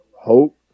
hope